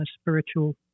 spiritual